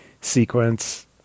sequence